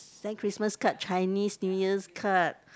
then Christmas card Chinese New Year card